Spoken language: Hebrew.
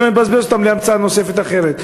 שלא נבזבז אותם על המצאה נוספת אחרת.